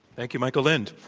thank you michael lind.